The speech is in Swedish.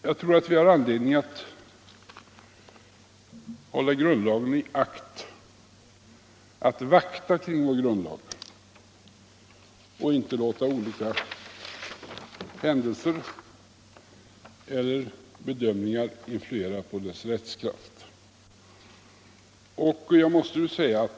Jag tror att vi har anledning att hålla grundlagen i akt, att vakta kring vår grundlag och inte låta olika händelser eller bedömningar influera på dess rättskraft.